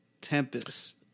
Tempest